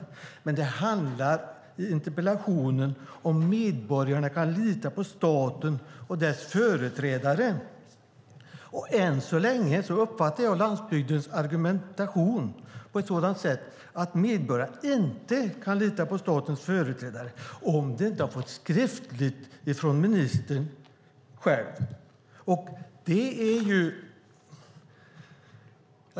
Det som det handlar om i interpellationen är om medborgarna kan lita på staten och dess företrädare. Än så länge uppfattar jag landsbygdsministerns argumentation på ett sådant sätt att medborgarna inte kan lita på statens företrädare om de inte har fått ett skriftligt besked från ministern själv.